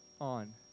on